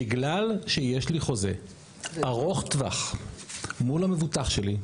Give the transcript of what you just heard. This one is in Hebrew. בגלל שיש לי חוזה ארוך טווח מול המבוטח שלי,